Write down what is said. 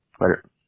Later